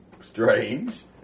strange